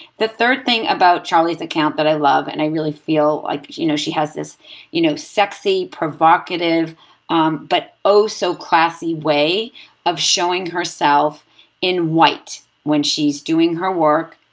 the third thing about charli's account that i love and i really feel like you know she has this you know sexy, provocative but oh-so-classy way of showing herself in white when she's doing her work.